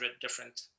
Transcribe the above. different